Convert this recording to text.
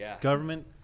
Government